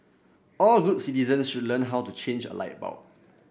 all good citizens should learn how to change a light bulb